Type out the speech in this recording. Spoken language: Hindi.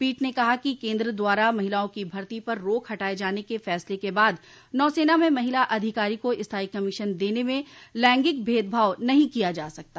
पीठ ने कहा कि केन्द्र द्वारा महिलाओं की भर्ती पर रोक हटाये जाने के फैसले के बाद नौसेना में महिला अधिकारी को स्थायी कमीशन देन में लैंगिक भेदभाव नहीं किया जा सकता